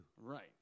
Right